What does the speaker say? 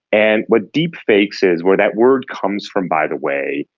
and what deep fakes is, where that word comes from, by the way,